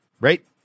right